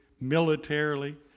militarily